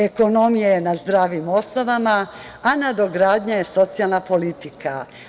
Ekonomija je na zdravim osnovama, a nadogradnja je socijalna politika.